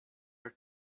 her